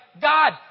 God